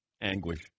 Anguish